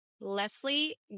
Leslie